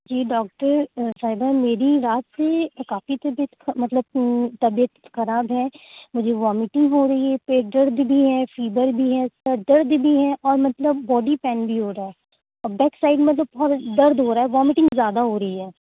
جی doctor صاحبہ میری رات سے کافی طبیعت مطلب طبیعت خراب ہے مجھے وومیٹنگ ہو رہی ہے پیٹ درد بھی ہے فیبر بھی ہے سر درد بھی ہے اور مطلب باڈی پین بھی ہو رہا ہے اور بیک ساٮٔڈ مطلب بہت درد ہو رہا ہے وومٹنگ زیادہ ہو رہی ہے